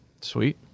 Sweet